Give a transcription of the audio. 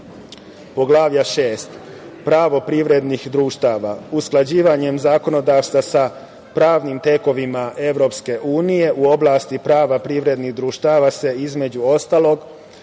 EU.Poglavlje 6. pravo privrednih subjekata, usklađivanje zakonodavstva sa pravnim tekovinama EU u oblasti prava privrednih društava se između ostalog